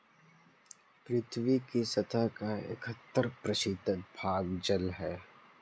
पृथ्वी की सतह का इकहत्तर प्रतिशत भाग जल है